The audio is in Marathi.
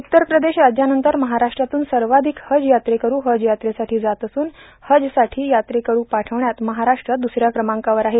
उत्तरप्रदेश राज्यानंतर महाराष्ट्रातून सर्वाधिक हज यात्रेकरु हज यात्रेसाठी जात असून हजसाठो यात्रेकरु पार्ठावण्यात महाराष्ट्र द्सऱ्या व्रंमाकावर आहे